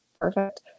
Perfect